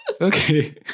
Okay